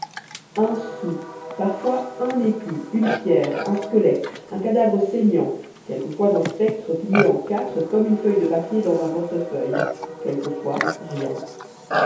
un sou parfois un écu une pierre un squelette un cadavre saignant quelquefois un spectre plié en quatre comme une feuille de papier dans un portefeuille quelquefois rien